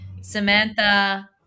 Samantha